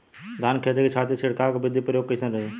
धान के खेती के खातीर छिड़काव विधी के प्रयोग कइसन रही?